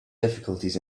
difficulties